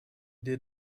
did